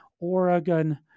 Oregon